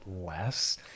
less